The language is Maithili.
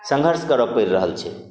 संघर्ष करऽ पड़ि रहल छै